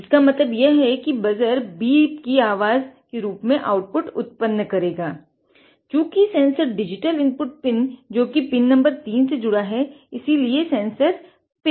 इसीलिए sensor pin input है